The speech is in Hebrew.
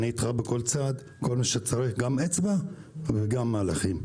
אני איתך בכל צעד גם באצבע וגם במהלכים.